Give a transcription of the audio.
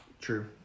True